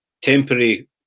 temporary